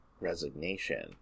resignation